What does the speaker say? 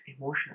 emotion